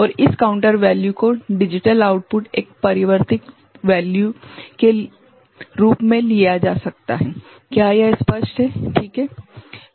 और इस counter value को डिजिटल आउटपुट एक परिवर्तित वेल्यू के रूप में लिया जा सकता है क्या यह स्पष्ट है ठीक है